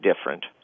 different